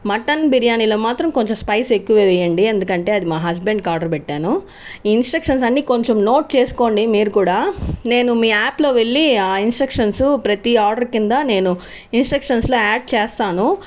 mutton బిర్యానీలో మాత్రం కొంచెం స్పైసిస్ ఎక్కువ వేయండి ఎందుకంటే అది మా హస్బెండ్కి ఆర్డర్ పెట్టాను ఈ ఇన్స్ట్రక్షన్స్ అన్నీ కొంచెం నోట్ చేసుకోండి మీరు కూడా నేను మీ యాప్లో వెళ్ళి ఆ ఇన్స్ట్రక్షన్స్ ప్రతి ఆర్డర్ కింద నేను ఇన్స్ట్రక్షన్స్లో యాడ్ చేస్తాను